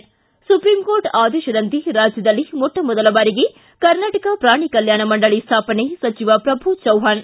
ಿ supreme court ಆದೇಶದಂತೆ ರಾಜ್ಯದಲ್ಲಿ ಮೊಟ್ಟ ಮೊದಲ ಬಾರಿಗೆ ಕರ್ನಾಟಕ ಪ್ರಾಣಿ ಕಲ್ಕಾಣ ಮಂಡಳ ಸ್ಥಾಪನೆ ಸಚಿವ ಪ್ರಭು ಚವ್ವಾಣ್